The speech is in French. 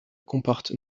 comporte